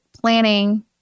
planning